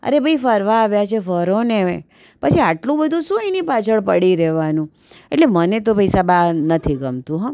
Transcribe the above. અરે ભાઈ ફરવા આવ્યા છીએ ફરો ને પછી આટલું બધું શું એની પાછળ પડી રહેવાનું એટલે મને તો ભાઈ સાહેબ આ નથી ગમતું હો